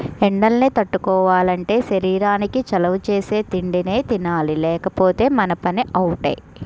ఎండల్ని తట్టుకోవాలంటే శరీరానికి చలవ చేసే తిండినే తినాలి లేకపోతే మన పని అవుటే